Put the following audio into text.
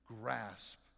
grasp